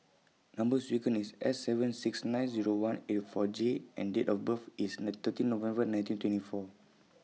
Number sequence IS S seven six nine Zero one eight four J and Date of birth IS The thirteen November nineteen twenty four